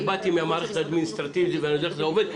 שבאתי מהמערכת האדמיניסטרטיבית ואני יודע איך זה עובד,